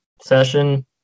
session